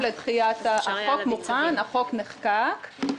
החוק מוכן, החוק נחקק.